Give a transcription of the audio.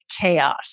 chaos